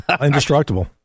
indestructible